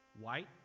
White